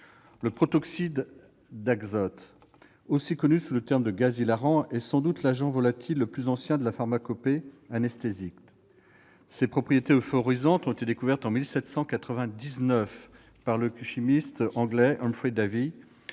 Le protoxyde d'azote, aussi connu sous le terme de « gaz hilarant », est sans doute l'agent volatile le plus ancien de la pharmacopée anesthésique. Ses propriétés euphorisantes, découvertes en 1799 par le chimiste anglais Humphry Davy,